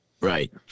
Right